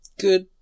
Good